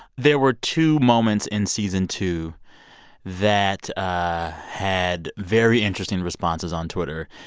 there were two moments in season two that had very interesting responses on twitter.